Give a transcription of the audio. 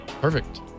Perfect